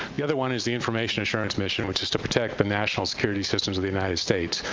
the other one is the information assurance mission, which is to protect the national security systems of the united states,